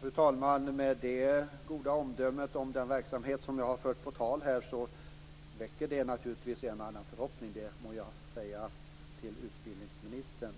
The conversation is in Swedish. Fru talman! Det goda omdömet om den verksamhet som jag har fört på tal väcker naturligtvis en och annan förhoppning. Det må jag säga till utbildningsministern.